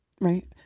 right